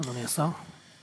אדוני השר.